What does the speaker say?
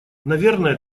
наверное